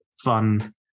fun